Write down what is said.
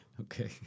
Okay